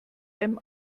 einem